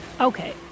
Okay